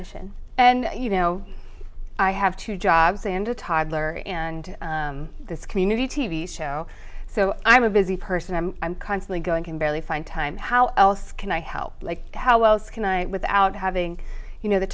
mission and you know i have two jobs and a toddler and this community t v show so i'm a busy person i'm i'm constantly going can barely find time how else can i help like how else can i without having you know the